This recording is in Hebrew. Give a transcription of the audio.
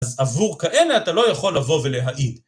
אז עבור כאלה אתה לא יכול לבוא ולהעיד.